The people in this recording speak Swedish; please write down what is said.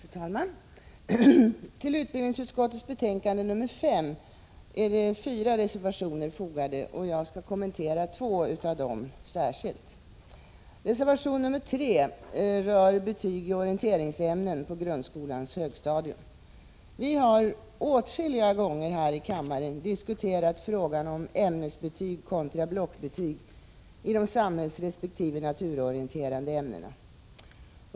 Fru talman! Till utbildningsutskottets betänkande nr 5 är fyra reservationer fogade. Jag vill kommentera två av dem särskilt. Vi har åtskilliga gånger här i kammaren diskuterat frågan om ämnesbetyg kontra blockbetyg i de samhällsresp. naturorienterade ämnena.